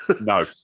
No